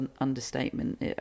understatement